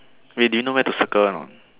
wait do you know where to circle or not